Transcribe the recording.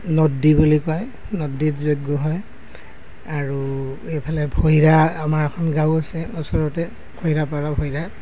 নগদি বুলি কয় নগদিত যজ্ঞ হয় আৰু এইফালে ফৈৰা আমাৰ এখন গাঁও আছে ওচৰতে ফৈৰাপাৰা ফৈৰা